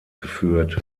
geführt